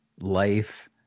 life